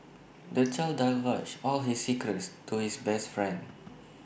the child divulged all his secrets to his best friend